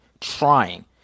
trying